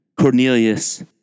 Cornelius